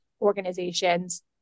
organizations